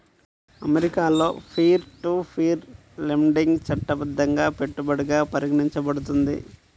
అమెరికాలో peer to peer lending చట్టబద్ధంగా పెట్టుబడిగా పరిగణించబడుతుంది